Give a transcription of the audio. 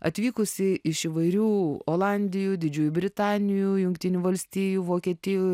atvykusi iš įvairių olandijų didžiųjų britanijų jungtinių valstijų vokietijų